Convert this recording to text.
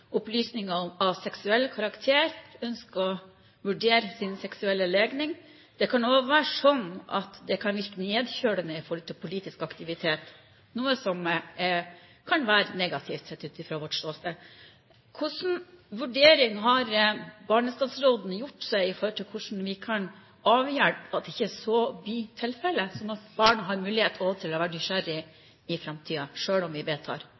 opplysninger av seksuell karakter, ønsker å vurdere sin seksuelle legning. Det kan også virke nedkjølende når det gjelder politisk aktivitet, noe som kan være negativt, sett fra vårt ståsted. Hvilken vurdering har barnas statsråd gjort seg med hensyn til hvordan vi kan avhjelpe at så ikke blir tilfellet, slik at barn har mulighet til å være nysgjerrige også i framtiden, selv om vi vedtar